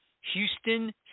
Houston